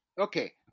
Okay